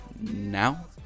now